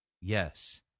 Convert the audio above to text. yes